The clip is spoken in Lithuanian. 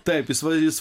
taip jis va jis